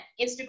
Instagram